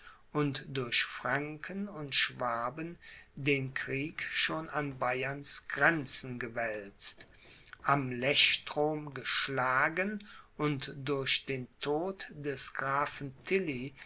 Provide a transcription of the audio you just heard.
und durch franken und schwaben den krieg schon an bayerns grenzen gewälzt am lechstrom geschlagen und durch den tod des grafen